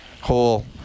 whole